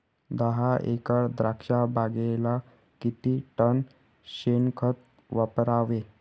दहा एकर द्राक्षबागेला किती टन शेणखत वापरावे?